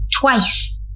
Twice